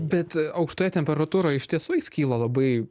bet aukštoje temperatūroj iš tiesų jis skyla labai